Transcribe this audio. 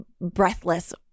breathless